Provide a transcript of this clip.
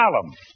column